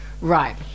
Right